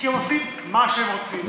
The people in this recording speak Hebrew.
כי הם עושים מה שהם רוצים.